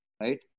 right